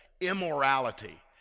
immorality